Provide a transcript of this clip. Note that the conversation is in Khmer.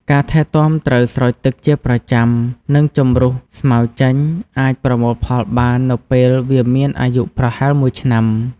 ការថែទាំ ត្រូវស្រោចទឹកជាប្រចាំ និងជម្រុះស្មៅចេញ អាចប្រមូលផលបាននៅពេលវាមានអាយុប្រហែល ១ ឆ្នាំ។